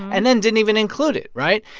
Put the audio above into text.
and then didn't even include it, right?